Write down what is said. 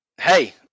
Hey